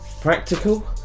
practical